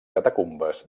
catacumbes